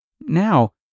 now